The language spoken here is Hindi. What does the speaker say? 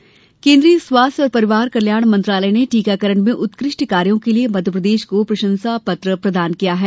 प्रशंसा पत्र केन्द्रीय स्वास्थ्य और परिवार कल्याण मंत्रालय ने टीकाकरण में उत्कृष्ट कार्यो के लिये मध्यप्रदेश को प्रशंसा पत्र प्रदान किया है